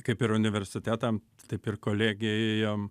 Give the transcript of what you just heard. kaip ir universitetam taip ir kolegijom